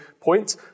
point